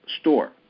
Store